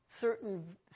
certain